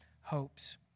hopes